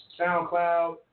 SoundCloud